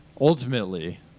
ultimately